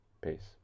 Peace